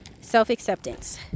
self-acceptance